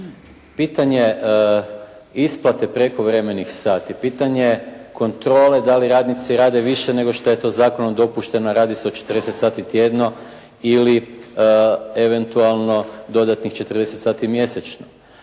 Pitanje isplate prekovremenih sati, pitanje kontrole da li radnici rade više nego što je to zakonom dopušteno, a radi se o 40 sati tjedno ili eventualno dodatnih 40 sati mjesečno.